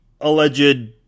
alleged